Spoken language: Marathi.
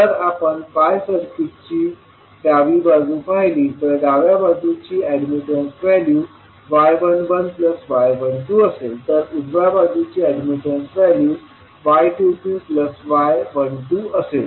जर आपण pi सर्किटची डावी बाजू पाहिली तर डाव्या बाजूची अॅडमिटन्स व्हॅल्यू y11y12असेल तर उजव्या बाजूची अॅडमिटन्स व्हॅल्यू y22y12असेल